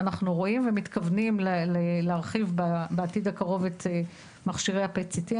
ואנחנו רואים ומתכוונים להרחיב בעתיד הקרוב את מכשירי ה-PET-CT.